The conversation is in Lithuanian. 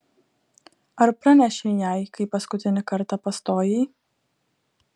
ar pranešei jai kai paskutinį kartą pastojai